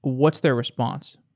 what's their response?